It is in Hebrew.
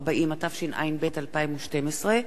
ברשות יושב-ראש הכנסת,